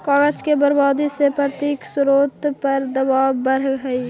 कागज के बर्बादी से प्राकृतिक स्रोत पर दवाब बढ़ऽ हई